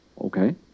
Okay